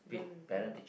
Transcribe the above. don't don't ah